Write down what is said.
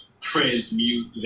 transmute